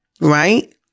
right